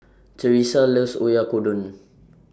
Terese loves Oyakodon